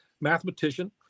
mathematician